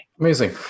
Amazing